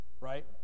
Right